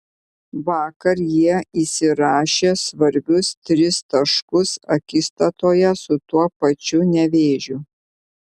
vakar jie įsirašė svarbius tris taškus akistatoje su tuo pačiu nevėžiu